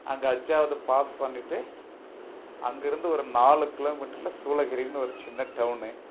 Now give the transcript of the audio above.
அங்கே அஞ்சாவது பாஸ் பண்ணிகிட்டு அங்கே இருந்து ஒரு நாலு கிலோமீட்டரில் சூளகிரின்னு ஒரு சின்ன டவுனு